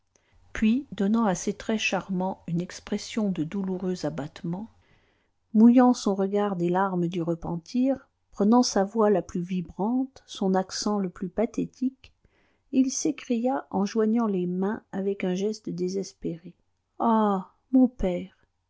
puis donnant à ses traits charmants une expression de douloureux abattement mouillant son regard des larmes du repentir prenant sa voix la plus vibrante son accent le plus pathétique il s'écria en joignant les mains avec un geste désespéré ah mon père